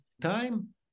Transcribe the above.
time